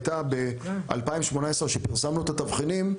הייתה ב-2018 כשפרסמנו את התבחינים,